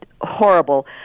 horrible